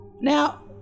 Now